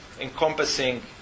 encompassing